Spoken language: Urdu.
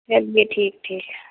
چلیے ٹھیک ٹھیک